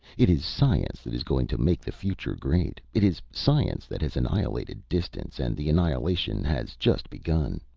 it is science that is going to make the future great. it is science that has annihilated distance, and the annihilation has just begun.